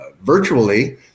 virtually